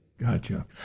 Gotcha